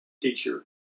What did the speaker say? teacher